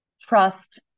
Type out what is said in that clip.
trust